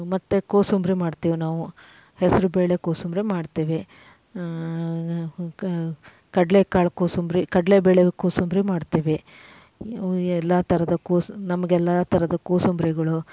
ಮತ್ತು ಕೋಸುಂಬ್ರಿ ಮಾಡ್ತೀವ್ ನಾವು ಹೆಸರು ಬೇಳೆ ಕೋಸುಂಬ್ರಿ ಮಾಡ್ತೇವೆ ಕಡಲೇ ಕಾಳು ಕೋಸುಂಬ್ರಿ ಕಡಲೇ ಬೇಳೆ ಕೋಸುಂಬ್ರಿ ಮಾಡ್ತೀವಿ ಎಲ್ಲ ಥರದ ಕೋಸು ನಮ್ಗೆ ಎಲ್ಲ ಥರದ ಕೋಸುಂಬ್ರಿಗಳು